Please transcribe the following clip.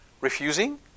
refusing